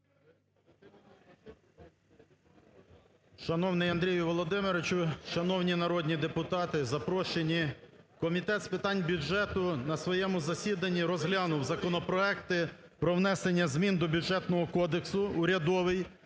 Шановний Андрій Володимирович, шановні народні депутати, запрошені! Комітет з питань бюджету на своєму засіданні розглянув законопроекти про внесення змін до Бюджетного кодексу, урядовий,